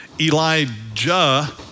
Elijah